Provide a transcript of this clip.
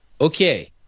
okay